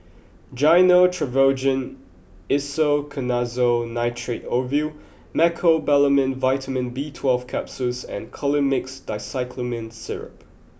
Gyno Travogen Isoconazole Nitrate Ovule Mecobalamin Vitamin B Twelve Capsules and Colimix Dicyclomine Syrup